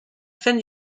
fin